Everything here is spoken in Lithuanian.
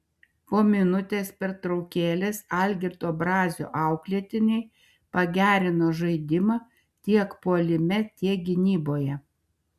po minutės pertraukėlės algirdo brazio auklėtiniai pagerino žaidimą tiek puolime tiek gynyboje